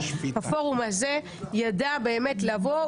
הפורום הזה ידע באמת לבוא,